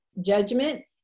judgment